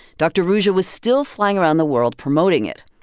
dr. ruja was still flying around the world promoting it.